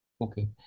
okay